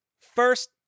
first